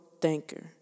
thinker